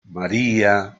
maría